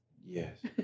Yes